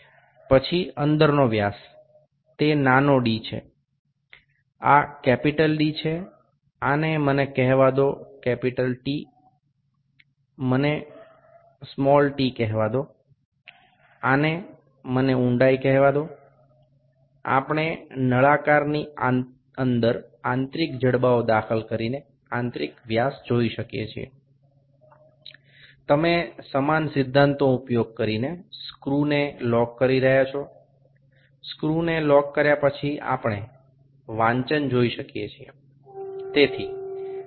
પછી અંદરનો વ્યાસ તે નાનો d છે આ કેપિટલ D છે આને મને T કહેવા દો મને t કહેવા દો આને મને ઊંડાઈ કહેવા દો આપણે નળાકારની અંદર આંતરિક જડબાઓ દાખલ કરીને આંતરિક વ્યાસ જોઈ શકીએ છીએ તમે સમાન સિદ્ધાંતનો ઉપયોગ કરીને સ્ક્રૂને લોક કરી રહ્યાં છો સ્ક્રૂને લોક કર્યા પછી આપણે વાંચન જોઈ શકીએ છીએ